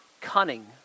cunning